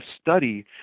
study